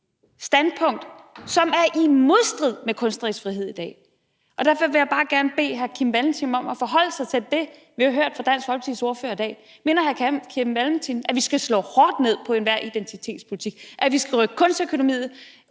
standpunkt, som er i modstrid med kunstnerisk frihed. Derfor vil jeg bare gerne bede hr. Kim Valentin om at forholde sig til det, vi har hørt fra Dansk Folkepartis ordfører i dag. Mener hr. Kim Valentin, at vi skal slå hårdt ned på enhver form for identitetspolitik, at vi skal rykke Kunstakademiet